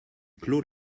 clos